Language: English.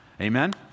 amen